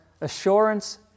assurance